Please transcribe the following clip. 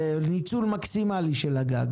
וניצול מקסימלי של הגג,